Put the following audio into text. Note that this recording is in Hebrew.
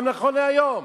גם נכון להיום.